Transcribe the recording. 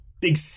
Big